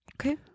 okay